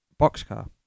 Boxcar